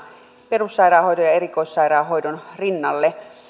perussairaanhoidon ja ja erikoissairaanhoidon rinnalle